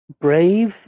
brave